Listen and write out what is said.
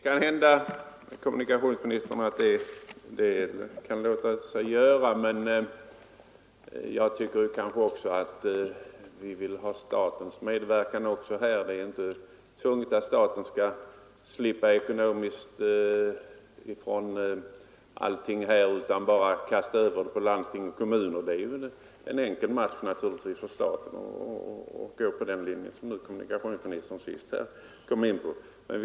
Fru talman! Ja, herr kommunikationsminister, det kanske låter sig göra, men vi vill ändå gärna ha statens medverkan i detta fall. Det skall inte nödvändigt vara så att staten slipper ifrån allting och bara vältrar över de ekonomiska bördorna på landsting och kommuner. Men det är naturligtvis en enkel match för staten att gå på den linje som kommunikationsministern nu senast var inne på.